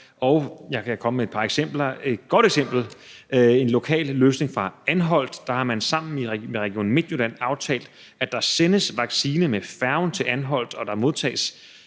Jeg kan komme med et par eksempler. Et godt eksempel er en lokal løsning fra Anholt, hvor man sammen med Region Midtjylland har aftalt, at der sendes vacciner med færgen til Anholt, og at